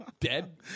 Dead